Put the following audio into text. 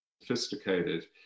sophisticated